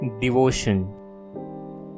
devotion